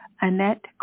Annette